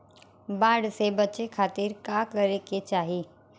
बाढ़ से बचे खातिर का करे के चाहीं?